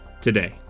today